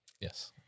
Yes